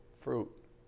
fruit